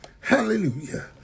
Hallelujah